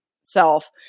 self